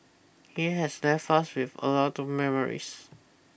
he has left us with a lot of memories